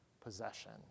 possession